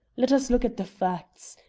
let us look at the facts.